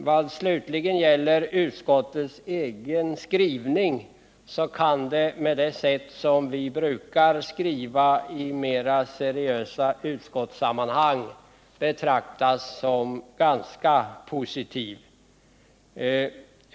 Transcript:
Vad slutligen gäller utskottets egen skrivning kan den, såsom vi brukar skriva i mera seriösa utskottssammanhang, betraktas som ganska positiv.